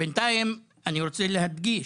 בינתיים אני רוצה להדגיש,